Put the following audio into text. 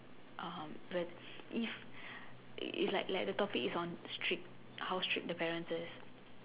um but if if like like the topic is on strict how strict the parents is